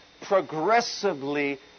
progressively